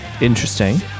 Interesting